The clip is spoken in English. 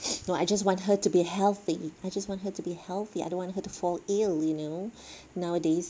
I just want her to be healthy I just want her to be healthy I don't want her to fall ill you know nowadays